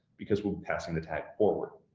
because we'll be passing the tag forward.